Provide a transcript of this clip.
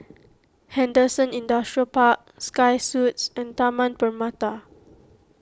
Henderson Industrial Park Sky Suites and Taman Permata